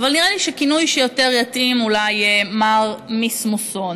אבל נראה לי שהכינוי שיותר יתאים הוא אולי "מר מִסְמוסון".